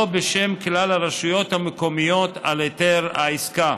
בשם כלל הרשויות המקומיות על היתר העסקה.